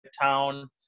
town